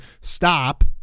Stop